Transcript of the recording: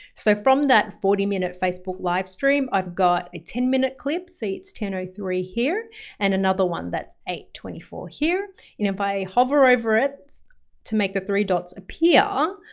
so from that forty minute facebook livestream, i've got a ten minute clips. see? it's ten ah three here and another one that's eight twenty four here. and if i hover over it to make the three dots appear,